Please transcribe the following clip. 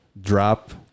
drop